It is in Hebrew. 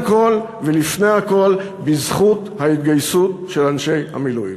כול ולפני הכול בזכות ההתגייסות של אנשי המילואים,